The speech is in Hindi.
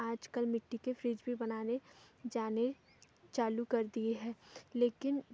आज कल मिट्टी के फ्रिज भी बनाने जाने चालू कर दिए हैं लेकिन